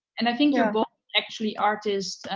and i think you're both actually artists,